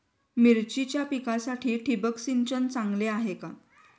मिरचीच्या पिकासाठी ठिबक सिंचन चांगले आहे का?